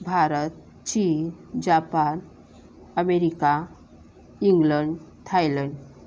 भारत चीन Japan America England Thailand